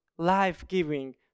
life-giving